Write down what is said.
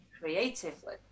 creatively